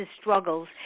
struggles